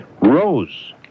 Rose